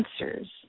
answers